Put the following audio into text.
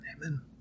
Amen